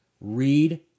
Read